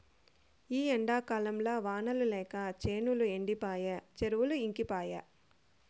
ఈ ఎండాకాలంల వానలు లేక చేనులు ఎండిపాయె చెరువులు ఇంకిపాయె